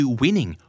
winning